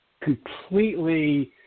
completely